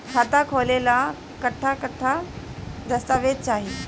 खाता खोले ला कट्ठा कट्ठा दस्तावेज चाहीं?